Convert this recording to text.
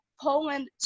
Poland